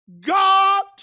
God